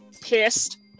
pissed